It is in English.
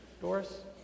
Doris